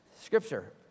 Scripture